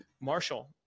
Marshall